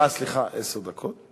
אה, סליחה, עשר דקות.